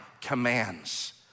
commands